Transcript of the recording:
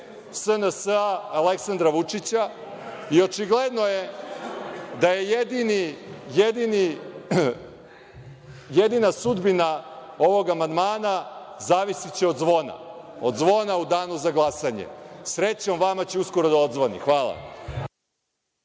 SNS, Aleksandra Vučića i očigledno je da će jedina sudbina ovog amandmana zavisiti od zvona, od zvona u danu za glasanje. Srećom, vama će uskoro da odzvoni. Hvala.